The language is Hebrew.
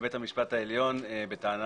לבית המשפט העליון בטענה